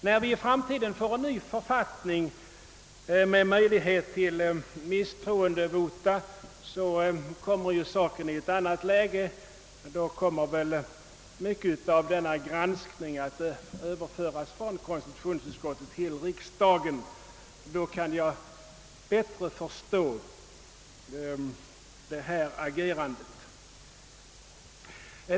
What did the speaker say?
När vi i framtiden får en ny författning med möjlighet till misstroendevota kommer ju saken i ett annat läge. Mycket av denna granskning överförs väl då från konstitutionsutskottet till riksdagen. Då kan jag bättre förstå detta agerande.